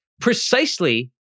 precisely